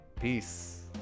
Peace